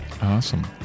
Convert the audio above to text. Awesome